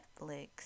Netflix